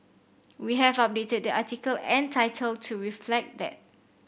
we have updated the article and title to reflect that